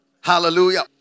Hallelujah